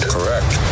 Correct